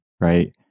right